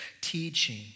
teaching